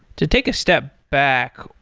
to take a step back,